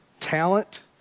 Talent